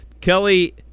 Kelly